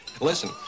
listen